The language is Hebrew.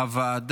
חבר הכנסת עודד